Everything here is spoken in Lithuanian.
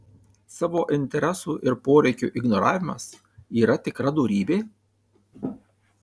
savo interesų ir poreikių ignoravimas yra tikra dorybė